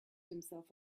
himself